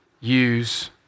use